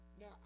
Now